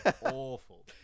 awful